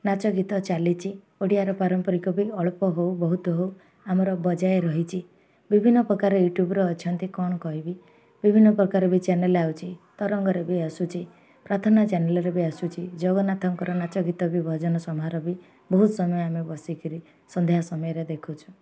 ନାଚ ଗୀତ ଚାଲିଛି ଓଡ଼ିଆର ପାରମ୍ପରିକ ବି ଅଳ୍ପ ହଉ ବହୁତ ହଉ ଆମର ବଜାୟ ରହିଛି ବିଭିନ୍ନ ପ୍ରକାର ୟୁଟ୍ୟୁବର୍ ଅଛନ୍ତି କ'ଣ କହିବି ବିଭିନ୍ନ ପ୍ରକାର ବି ଚ୍ୟାନେଲ୍ ଆସୁଛି ତରଙ୍ଗରେ ବି ଆସୁଛି ପ୍ରାର୍ଥନା ଚ୍ୟାନେଲରେ ବି ଆସୁଛି ଜଗନ୍ନାଥଙ୍କର ନାଚ ଗୀତ ବି ଭଜନ ସମାରୋହ ବି ବହୁତ ସମୟ ଆମେ ବସିକିରି ସନ୍ଧ୍ୟା ସମୟରେ ଦେଖୁଛୁ